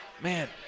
Man